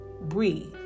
breathe